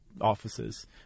offices